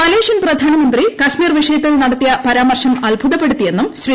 Malaysian പ്രധാനമന്ത്രി കശ്മീർ വിഷയത്തിൽ നടത്തിയ പരാമർശം അത്ഭുതപ്പെടുത്തിയെന്നും ശ്രീ